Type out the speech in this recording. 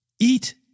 eat